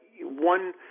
one